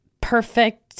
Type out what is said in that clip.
perfect